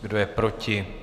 Kdo je proti?